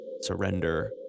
surrender